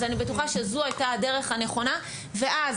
אז אני בטוחה שזו הייתה הדרך הנכונה ואז,